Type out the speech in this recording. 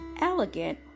elegant